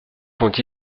font